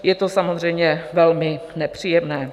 Je to samozřejmě velmi nepříjemné.